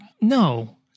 no